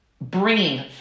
bringing